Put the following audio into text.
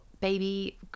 baby